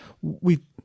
we-